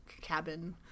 cabin